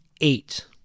eight